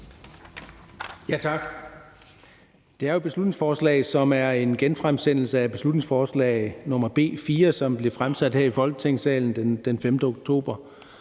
Tak. Det er jo et beslutningsforslag, som er en genfremsættelse af beslutningsforslag nr. B 4, som blev fremsat her i Folketingssalen den 5. oktober,